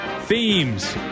themes